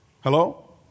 Hello